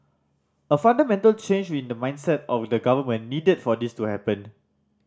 a fundamental change in the mindset of the government needed for this to happen